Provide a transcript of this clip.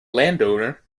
landowner